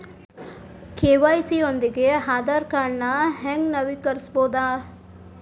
KYC ಯೊಂದಿಗ ಆಧಾರ್ ಕಾರ್ಡ್ನ ಹೆಂಗ ನವೇಕರಿಸಬೋದ